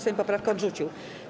Sejm poprawkę odrzucił.